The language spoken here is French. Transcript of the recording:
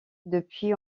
depuis